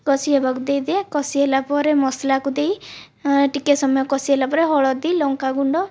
କଷି ହବାକୁ ଦେଇଦିଏ କଷି ହେଲା ପରେ ମସଲାକୁ ଦେଇ ଟିକିଏ ସମୟ କଷି ହେଲା ପରେ ହଳଦୀ ଲଙ୍କାଗୁଣ୍ଡ